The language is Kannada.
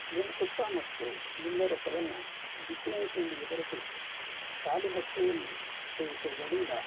ಜೇನುತುಪ್ಪ ಮತ್ತು ನಿಂಬೆ ರಸವನ್ನು ಬಿಸಿ ನೀರಿನೊಂದಿಗೆ ಬೆರೆಸಿ ಖಾಲಿ ಹೊಟ್ಟೆಯಲ್ಲಿ ಸೇವಿಸುವುದರಿಂದ